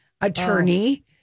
attorney